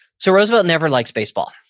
so roosevelt never likes baseball.